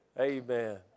Amen